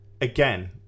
Again